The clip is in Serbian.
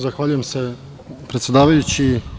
Zahvaljujem se, predsedavajući.